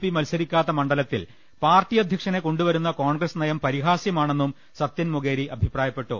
P മത്സരിക്കാത്ത മണ്ഡ ലത്തിൽ പാർട്ടി അധ്യക്ഷനെ കൊണ്ടു വരുന്ന കോൺഗ്രസ് നയം പരിഹാസ്യമാണെന്നും സത്യൻ മൊകേരി അഭിപ്രായപ്പെട്ടു